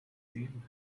thin